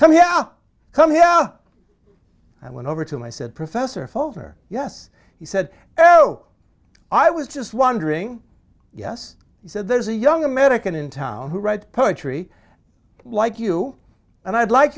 come here come here i went over to my said professor folder yes he said oh i was just wondering yes he said there's a young american in town who writes poetry like you and i'd like